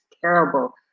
terrible